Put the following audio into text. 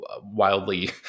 wildly